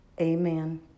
Amen